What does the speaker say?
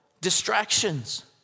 distractions